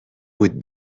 بود